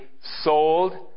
sold